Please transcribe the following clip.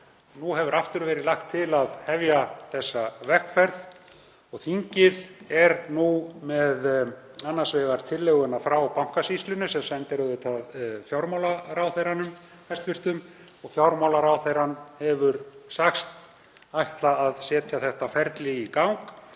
Nú hefur aftur verið lagt til að hefja þessa vegferð og þingið er nú með annars vegar tillögurnar frá Bankasýslunni sem sendar eru hæstv. fjármálaráðherra. Fjármálaráðherra hefur sagst ætla að setja þetta ferli í gang,